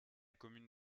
commune